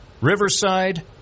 Riverside